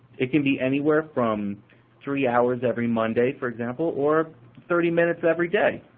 it can be anywhere from three hours every monday, for example, or thirty minutes every day.